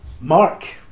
Mark